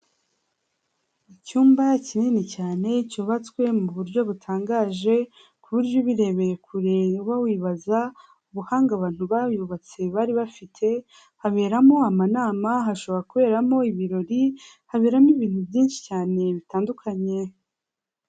Icyumba kinini cyane cyubatswe mu buryo butangaje, ku buryo ubirebeye kure uba wibaza ubuhanga abantu bayubatse bari bafite, haberamo amanama, hashobora kuberamo ibirori, haberamo ibintu byinshi cyane bitandukanye.